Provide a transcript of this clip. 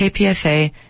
KPFA